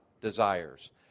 desires